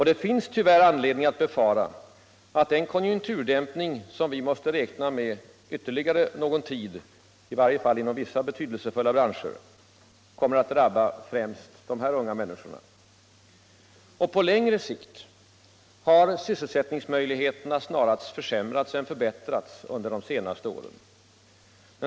Det finns tyvärr anledning att befara att den konjunkturdämpning som vi måste räkna med ytterligare någon tid, i varje fall inom vissa betydelsefulla branscher, kommer att drabba främst dessa unga människor. Och på längre sikt har sysselsättningsmöjligheterna snarare försämrats än förbättrats under de senaste åren.